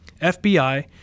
FBI